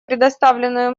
предоставленную